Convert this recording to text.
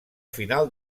final